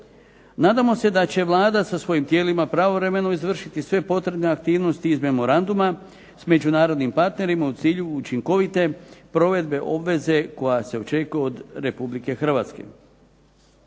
Nadamo se da će Vlada sa svojim tijelima pravovremeno izvršiti sve potrebne aktivnosti iz memoranduma, s međunarodnim partnerima u cilju učinkovite provedbe obveze koja se očekuje od Republike Hrvatske.